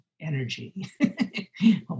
energy